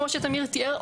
כמו שתמיר תיאר,